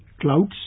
clouds